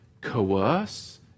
coerce